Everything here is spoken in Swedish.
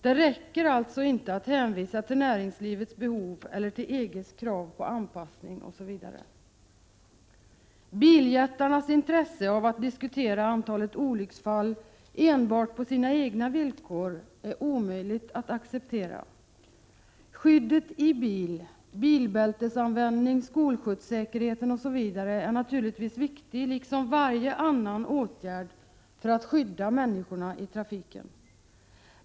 Det räcker alltså inte att hänvisa till näringslivets behov eller till EG:s krav på anpassning, osv. Biljättarnas intresse av att diskutera antalet olycksfall enbart på sina egna villkor är omöjligt att acceptera. Skyddet i bil, bilbältesanvändning, skolskjutssäkerheten osv. är naturligtvis viktiga saker, liksom varje åtgärd för att skydda människorna i trafiken.